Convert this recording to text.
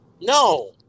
no